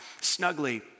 snugly